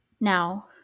Now